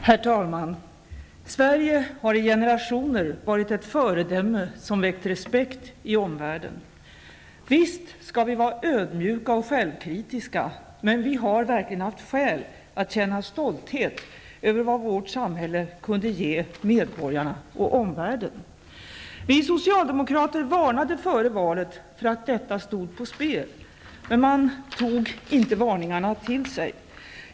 Herr talman! Sverige har i generationer varit ett föredöme, som väckt respekt i omvärlden. Visst skall vi vara ödmjuka och självkritiska. Men vi har verkligen haft skäl att känna stolthet över vad vårt samhälle kunde ge medborgarna och omvärlden. Vi socialdemokrater varnade före valet för att detta stod på spel. Men man tog inte varningarna till sig.